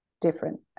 different